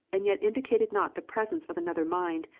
and yet indicated, not the presence of another mind,